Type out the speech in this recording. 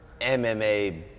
MMA